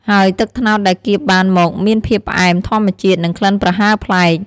ហើយទឹកត្នោតដែលគៀបបានមកមានភាពផ្អែមធម្មជាតិ និងក្លិនប្រហើរប្លែក។